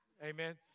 Amen